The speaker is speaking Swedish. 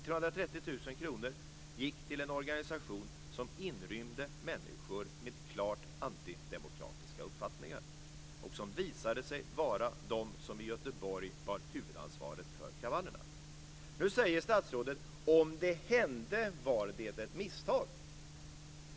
230 000 kr gick till en organisation inrymmande människor med klart antidemokratiska uppfattningar och som visade sig vara de som i Göteborg bar huvudansvaret för kravallerna. Nu säger statsrådet: Om det hände var det ett misstag.